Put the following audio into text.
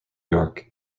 york